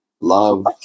love